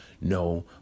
No